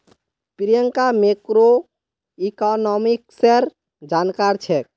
प्रियंका मैक्रोइकॉनॉमिक्सेर जानकार छेक्